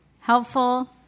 helpful